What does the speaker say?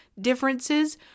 differences